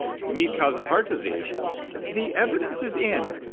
meat causes heart disease, and the evidence is in.